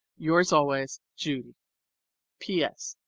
yours always, judy ps.